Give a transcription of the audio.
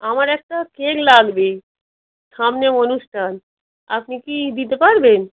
আমার একটা কেক লাগবে সামনে অনুষ্ঠান আপনি কি দিতে পারবেন